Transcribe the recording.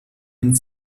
and